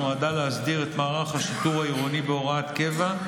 נועדה להסדיר את מערך השיטור העירוני בהוראת קבע,